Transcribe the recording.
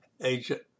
agent